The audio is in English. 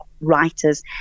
writers